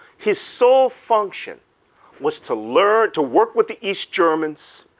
his sole function was to learn to work with the east germans,